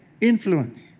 Influence